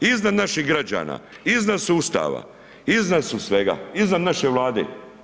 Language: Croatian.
Iznad naših građana, izdan sustava, iznad su svega, iznad naše Vlade.